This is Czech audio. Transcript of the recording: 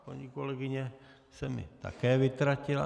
Paní kolegyně se mi také vytratila.